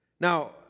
Now